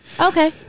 Okay